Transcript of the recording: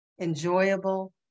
enjoyable